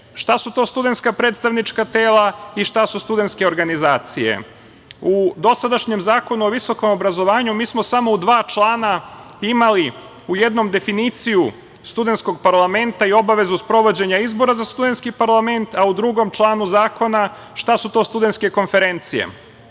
šta su to studentska predstavnička tela i šta su studentske organizacije.U dosadašnjem Zakonu o visokom obrazovanju mi smo samo u dva člana imali u jednom definiciju studentskog parlamenta i obavezu sprovođenja izbora za studentski parlament, a u drugom članu zakona šta su to studentske konferencije,